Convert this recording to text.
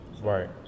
Right